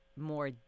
more